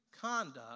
conduct